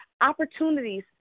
opportunities